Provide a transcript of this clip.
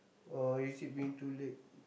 or is it being too late